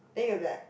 then you will be like